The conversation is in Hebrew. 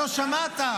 לא שמעת.